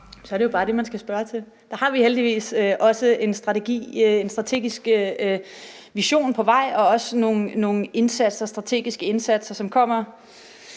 Så er det jo bare det, man skal spørge til. Vi har heldigvis også en strategisk vision på vej, og også nogle strategiske indsatser, som kommer